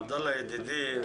עבדאללה ידידי,